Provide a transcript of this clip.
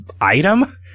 item